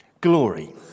Glory